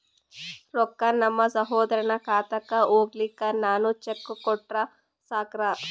ರೊಕ್ಕ ನಮ್ಮಸಹೋದರನ ಖಾತಕ್ಕ ಹೋಗ್ಲಾಕ್ಕ ನಾನು ಚೆಕ್ ಕೊಟ್ರ ಸಾಕ್ರ?